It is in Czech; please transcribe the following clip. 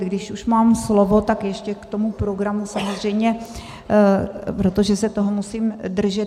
Když už mám slovo, tak ještě k tomu programu, samozřejmě, protože se toho musím držet.